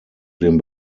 dem